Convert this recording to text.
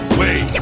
wait